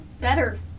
better